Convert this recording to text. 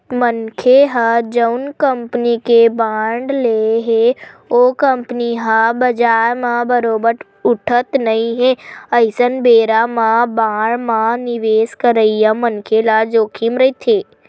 मनखे ह जउन कंपनी के बांड ले हे ओ कंपनी ह बजार म बरोबर उठत नइ हे अइसन बेरा म बांड म निवेस करइया मनखे ल जोखिम रहिथे